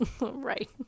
Right